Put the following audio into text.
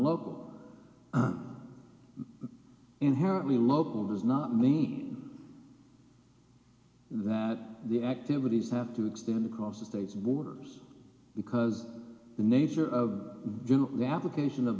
local inherently local does not mean that the activities have to extend across the states borders because the nature of the application of